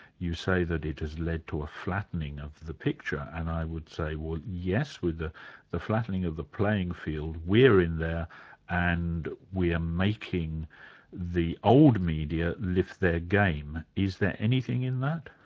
you say that it has led to a flattening of the picture, and i would say well yes, with the the flattening of the playing field, we're in there and we are making the old media lift their game. is there anything in that?